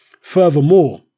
Furthermore